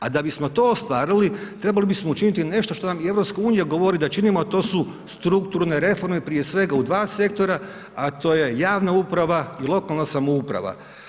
A da bismo to ostvariti trebali bismo učiniti nešto što nam i EU govori da činimo a to su strukturne reforme, prije svega u dva sektora a to je javna uprava i lokalna samouprava.